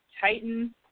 Titan